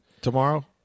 tomorrow